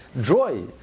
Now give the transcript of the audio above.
joy